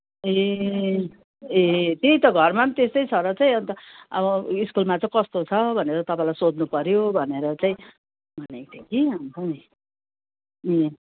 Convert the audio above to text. ए ए त्यही त घरमा पनि त्यस्तै छ र चाहिँ अन्त अब स्कुलमा चाहिँ कस्तो छ भनेर तपाईँलाई सोध्नु पऱ्यो भनेर चाहिँ भनेको थिएँ कि अन्त नि अँ